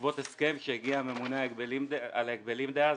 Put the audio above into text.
בעקבות הסכם שהגיע אליו הממונה על ההגבלים דאז